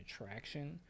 attraction